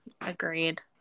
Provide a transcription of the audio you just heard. agreed